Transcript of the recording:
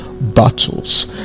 Battles